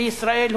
בישראל,